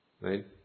right